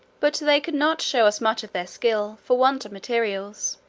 but they could not show us much of their skill, for want of materials.